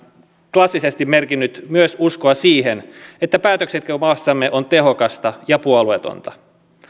klassisesti merkinnyt myös uskoa siihen että päätöksenteko maassamme on tehokasta ja puolueetonta